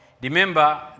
Remember